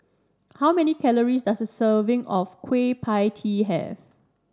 how many calories does a serving of Kueh Pie Tee have